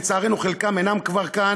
לצערנו, חלקם כבר אינם כאן,